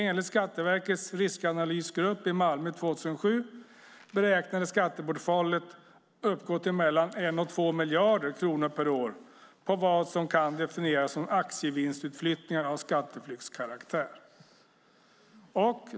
Enligt Skatteverkets riskanalysgrupp i Malmö 2007 beräknades skattebortfallet uppgå till mellan 1 och 2 miljarder kronor per år på vad som kan definieras som aktievinstutflyttningar av skatteflyktskaraktär.